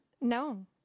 no